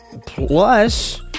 plus